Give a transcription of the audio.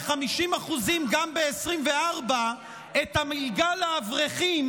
ב-50% גם ב-2024 את המלגה לאברכים,